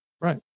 Right